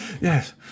yes